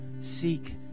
Seek